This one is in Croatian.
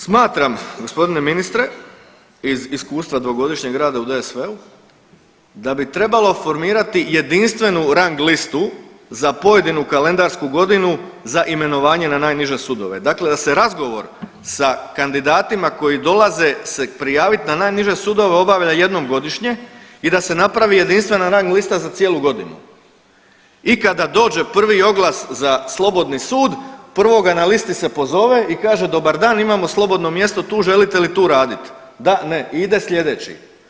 Smatram g. ministre iz iskustva dvogodišnjeg rada u DSV-u da bi trebalo formirati jedinstvenu rang listu za pojedinu kalendarsku godinu za imenovanje na najniže sudove, dakle da se razgovor sa kandidatima koji dolaze se prijavit na najniže sudove obavlja jednom godišnje i da se napravi jedinstvena rang lista za cijelu godinu i kada dođe prvi oglas za slobodni sud prvoga na listi se pozove i kaže dobar dan, imamo slobodno mjesto tu, želite li tu radit, da, ne i ide slijedeći.